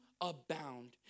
abound